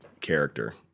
character